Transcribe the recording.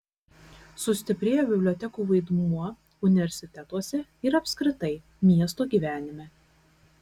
sustiprėjo bibliotekų vaidmuo universitetuose ir apskritai miesto gyvenime